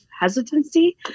hesitancy